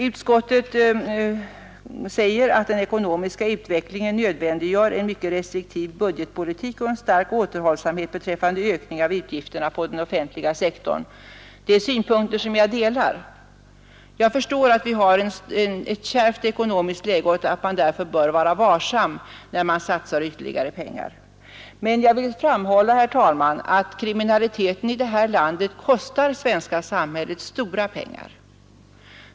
Utskottet framhåller att ”den ekonomiska utvecklingen nödvändiggör en mycket restriktiv budgetpolitik och en stark återhållsamhet beträffande ökning av utgifterna på den offentliga sektorn”. Jag delar denna åsikt. Jag förstår att vi har ett kärvt ekonomiskt läge och att man därför bör vara varsam när man satsar ytterligare pengar. Men jag vill framhålla, herr talman, att kriminaliteten i detta land kostar det svenska samhället stora pengar.